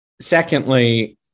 secondly